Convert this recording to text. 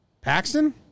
Paxton